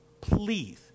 please